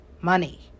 money